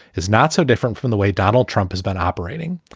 is not so different from the way donald trump has been operating.